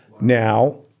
Now